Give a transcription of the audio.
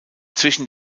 zwischen